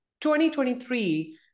2023